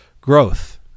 growth